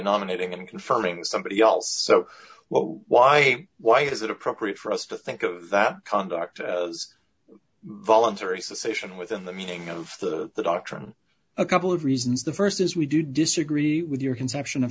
nominating and confirming somebody else so well why why is it appropriate for us to think of that conduct as voluntary association within the meaning of the doctrine a couple of reasons the st is we do disagree with your conception of